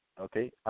Okay